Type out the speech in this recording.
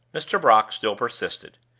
mr. brock still persisted.